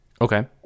Okay